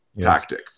tactic